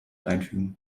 einfügen